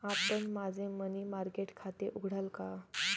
आपण माझे money market खाते उघडाल का?